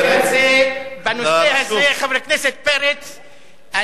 בנושא הזה, חבר הכנסת פרץ,